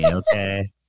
okay